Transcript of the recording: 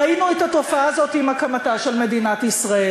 ראינו את התופעה הזאת עם הקמתה של מדינת ישראל: